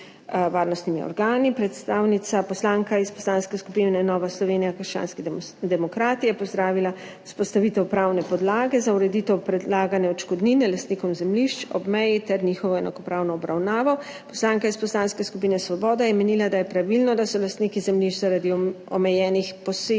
varnostnimi organi. Poslanka iz Poslanske skupine Nova Slovenija – krščanski demokrati je pozdravila vzpostavitev pravne podlage za ureditev predlagane odškodnine lastnikom zemljišč ob meji ter njihovo enakopravno obravnavo. Poslanka iz Poslanske skupine Svoboda je menila, da je pravilno, da so lastniki zemljišč zaradi omejenih posegov